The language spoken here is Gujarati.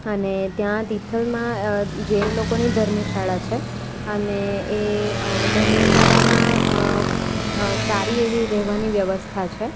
અને ત્યાં તિથલમાં જૈન લોકોની ધર્મશાળા છે અને એ ધર્મશાળામાં સારી એવી રહેવાની વ્યવસ્થા છે